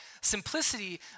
simplicity